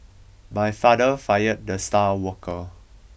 my father fired the star worker